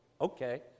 okay